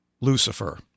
Lucifer